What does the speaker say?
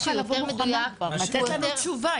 היא הייתה צריכה לבוא מוכנה ולענות לנו תשובה.